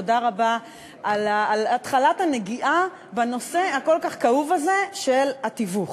תודה רבה על התחלת הנגיעה בנושא הכל-כך כאוב הזה של התיווך.